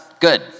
good